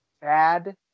bad